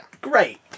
Great